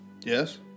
Yes